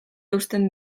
eusten